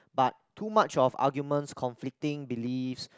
but too much of arguments conflicting beliefs